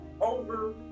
over